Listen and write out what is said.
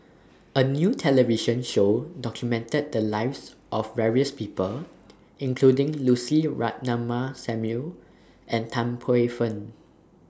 A New television Show documented The Lives of various People including Lucy Ratnammah Samuel and Tan Paey Fern